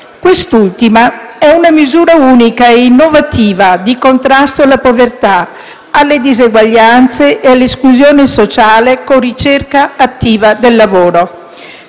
Quest'ultima è una misura unica e innovativa di contrasto alla povertà, alle diseguaglianze e all'esclusione sociale con ricerca attiva del lavoro.